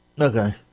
Okay